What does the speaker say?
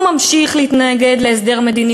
הוא ממשיך להתנגד להסדר מדיני,